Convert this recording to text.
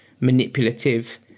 manipulative